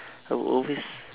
I will always